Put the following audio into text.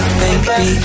baby